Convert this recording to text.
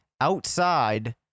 outside